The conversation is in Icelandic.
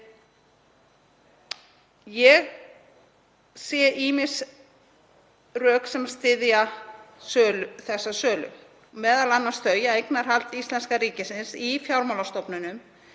Ég sé ýmis rök sem styðja þessa sölu, m.a. þau að eignarhald íslenska ríkisins í fjármálastofnunum